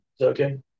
okay